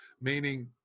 meaning